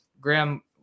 Graham